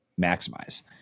maximize